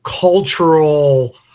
cultural